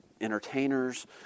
entertainers